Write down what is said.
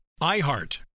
IHEART